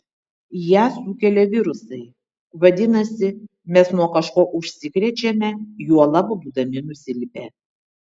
ją sukelia virusai vadinasi mes nuo kažko užsikrečiame juolab būdami nusilpę